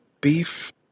beef